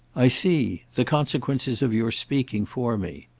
i see the consequences of your speaking for me.